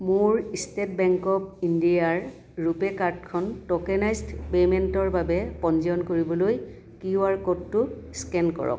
মোৰ state bank of ইণ্ডিয়াৰ ৰুপে' কাৰ্ডখন ট'কেনাইজ্ড পে'মেণ্টৰ বাবে পঞ্জীয়ন কৰিবলৈ কিউআৰ ক'ডটো স্কেন কৰক